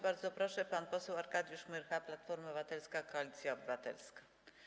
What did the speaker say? Bardzo proszę, pan poseł Arkadiusz Myrcha, Platforma Obywatelska - Koalicja Obywatelska.